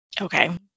Okay